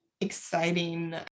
exciting